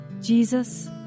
Jesus